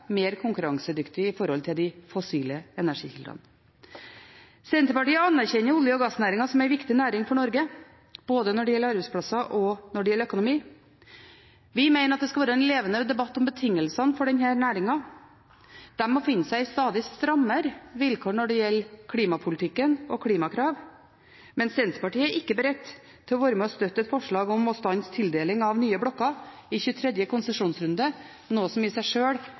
mer konkurransedyktige i forhold til de fossile energikildene. Senterpartiet anerkjenner olje- og gassnæringen som en viktig næring for Norge, både når det gjelder arbeidsplasser, og når det gjelder økonomi. Vi mener at det skal være en levende debatt om betingelsene for denne næringen. Den må finne seg i stadig strammere vilkår når det gjelder klimapolitikk og klimakrav, men Senterpartiet er ikke beredt til å være med og støtte et forslag om å stanse tildeling av nye blokker i 23. konsesjonsrunde, noe som i seg sjøl